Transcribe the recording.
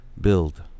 build